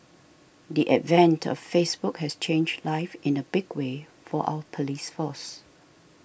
the advent of Facebook has changed life in a big way for our police force